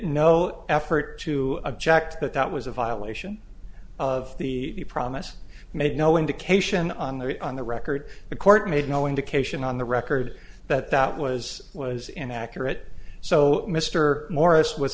no effort to object but that was a violation of the promise made no indication on the on the record the court made no indication on the record that that was was inaccurate so mr morris was